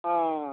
हां